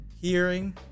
hearing